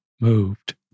moved